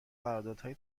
قراردادهای